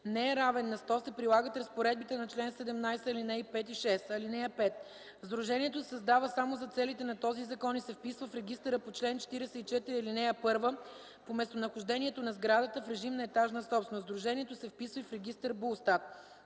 не е равен на 100, се прилагат разпоредбите на чл. 17, ал. 5 и 6. (5) Сдружението се създава само за целите на този закон и се вписва в регистъра по чл. 44, ал. 1 по местонахождението на сградата в режим на етажна собственост. Сдружението се вписва и в регистър БУЛСТАТ.